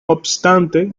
obstante